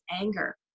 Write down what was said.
anger